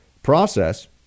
process